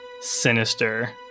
sinister